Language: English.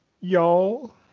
y'all